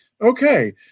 Okay